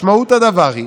משמעות הדבר היא